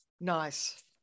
Nice